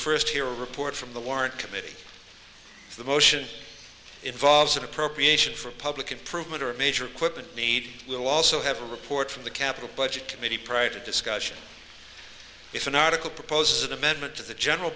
first hear a report from the warrant committee the motion involves an appropriation for public improvement or major equipment need will also have a report from the capital budget committee private discussion if an article proposes an amendment to the general